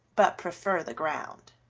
but prefer the ground.